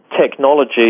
technology